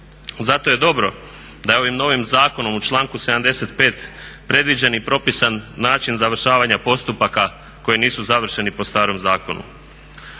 Zato je dobro da je ovim novim zakonom u članku 75.predviđen i propisan način završavanja postupaka koji nisu završeni po starom zakonu.